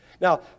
Now